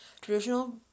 Traditional